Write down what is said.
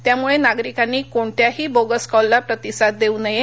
त्यामुळे नागरिकांनी कोणत्याही बोगस कॉलला प्रतिसाद देऊ नये